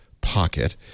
pocket